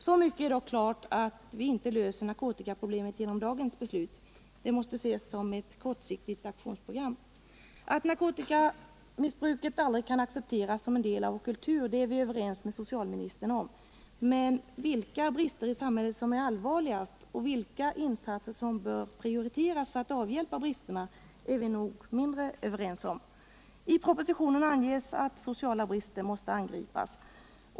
Så mycket är dock klart att vi inte löser narkotikaproblemet genom dagens beslut. Det måste ses som ett kortsiktigt aktionsprogram. Att narkotikamissbruket aldrig kan accepteras som en del av vår kultur är vi överens med socialministern om. Men vilka brister i samhället som är allvarligast och vilka insatser som bör prioriteras för att avhjälpa bristerna är vi nog mindre överens om. I propositionen anges att sociala brister måste angripas.